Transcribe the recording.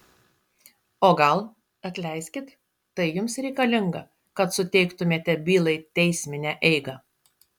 o gal atleiskit tai jums reikalinga kad suteiktumėte bylai teisminę eigą